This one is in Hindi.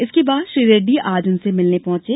इसके बाद श्री रेड्डी आज उनसे मिलने पहुंचे